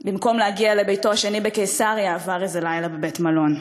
ובמקום להגיע לביתו השני בקיסריה עבר איזה לילה בבית-מלון.